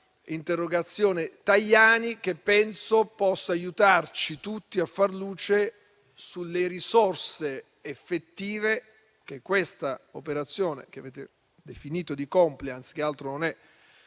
senatrice Tajani, che penso possa aiutarci tutti a far luce sulle risorse effettive di questa operazione, che avete definito di *compliance* e che altro non è